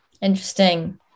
Interesting